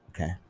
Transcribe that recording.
Okay